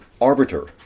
arbiter